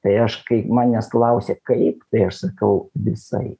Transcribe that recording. tai aš kai manęs klausė kaip tai aš sakau visaip